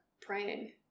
praying